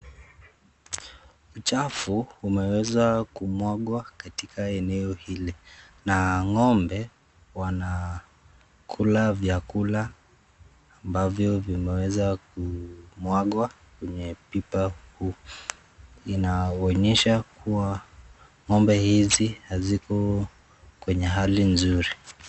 Uchafu umeweza kumwagiwa katika eneo hili na ng'ombe wanakula chakula ambavyo vimeweza kumwagwa kwenye pipa huu, inaonyesha kuwa ng'ombe hizi haziko kwenye hali nzuri